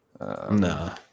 No